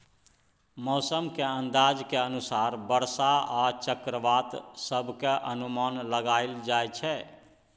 मौसम के अंदाज के अनुसार बरसा आ चक्रवात सभक अनुमान लगाइल जाइ छै